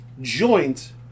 joint